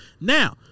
Now